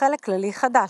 בחלק כללי חדש.